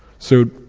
so,